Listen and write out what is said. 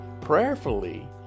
prayerfully